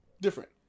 different